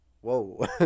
Whoa